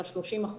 של ה-30%.